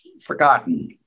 forgotten